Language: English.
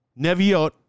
Neviot